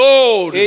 Lord